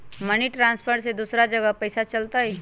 Money transfer से दूसरा जगह पईसा चलतई?